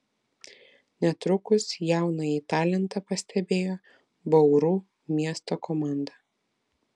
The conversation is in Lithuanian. netrukus jaunąjį talentą pastebėjo bauru miesto komanda